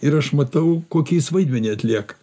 ir aš matau kokį jis vaidmenį atlieka